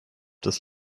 des